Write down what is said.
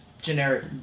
generic